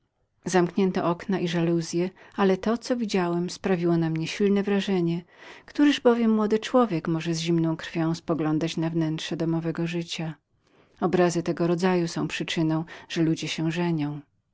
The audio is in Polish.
zamknięto okna i żaluzye ale to co widziałem sprawiło na mnie silne wrażenie któryż bowiem młody człowiek może z zimną krwią spoglądać na wnętrze domowego pożycia obrazy takiego rodzaju są przyczyną że ludzie się żenią